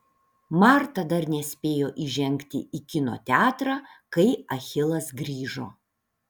marta dar nespėjo įžengti į kino teatrą kai achilas grįžo